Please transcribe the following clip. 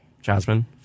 Jasmine